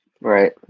Right